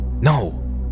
No